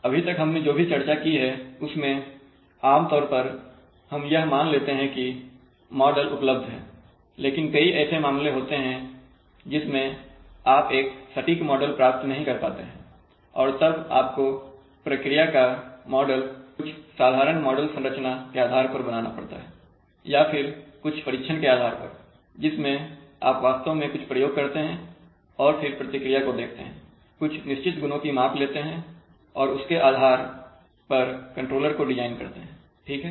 अभी तक हमने जो भी चर्चा की है उसमें आमतौर पर हम यह मान लेते हैं कि मॉडल उपलब्ध है लेकिन कई ऐसे मामले होते हैं जिसमें आप एक सटीक मॉडल प्राप्त नहीं कर पाते हैं और तब आपको प्रक्रिया का मॉडल कुछ साधारण मॉडल संरचना के आधार पर बनाना पड़ता है या फिर कुछ परीक्षण के आधार पर जिसमें आप वास्तव में कुछ प्रयोग करते हैं और फिर प्रतिक्रिया को देखते हैं कुछ निश्चित गुणों की माप लेते हैं और उसके आधार कंट्रोलर को डिजाइन करते हैं ठीक है